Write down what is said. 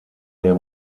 der